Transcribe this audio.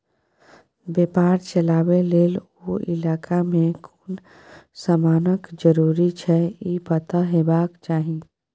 बेपार चलाबे लेल ओ इलाका में कुन समानक जरूरी छै ई पता हेबाक चाही